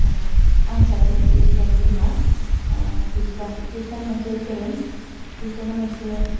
औ आं सासे खृष्टान बिमा ओह खृष्टान खृष्टान मोनसे धोरोम खृष्टाना मोनसे